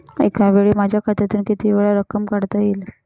एकावेळी माझ्या खात्यातून कितीवेळा रक्कम काढता येईल?